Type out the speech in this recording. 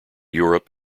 europe